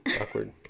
awkward